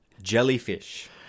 Jellyfish